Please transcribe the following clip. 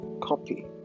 copy